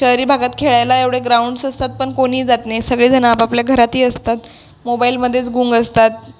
शहरी भागात खेळायला एवढे ग्राऊंड्स असतात पण कोणी जात नाही सगळेजण आपापल्या घरात असतात मोबाईलमध्येच गुंग असतात